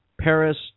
Paris